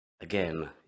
again